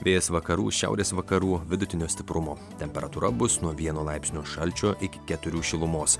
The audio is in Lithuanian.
vėjas vakarų šiaurės vakarų vidutinio stiprumo temperatūra bus nuo vieno laipsnio šalčio iki keturių šilumos